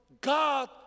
God